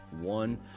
one